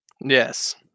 Yes